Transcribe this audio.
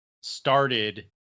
started